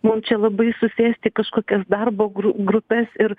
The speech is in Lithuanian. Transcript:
mum čia labai susėsti į kažkokias darbo gru grupes ir